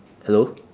hello